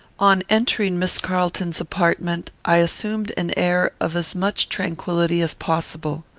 on entering miss carlton's apartment, i assumed an air of as much tranquillity as possible.